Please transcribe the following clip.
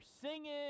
singing